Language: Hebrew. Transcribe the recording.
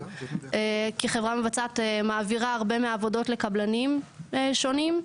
כי חברה מבצעת מעבירה הרבה מהעבודות לקבלנים שונים.